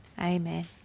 Amen